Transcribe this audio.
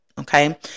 Okay